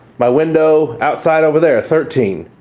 my window outside over there thirteen,